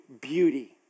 Beauty